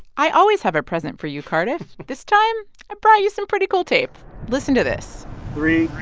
i always have a present for you, cardiff. this time i brought you some pretty cool tape. listen to this three,